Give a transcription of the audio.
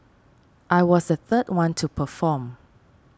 I was the third one to perform